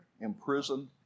imprisoned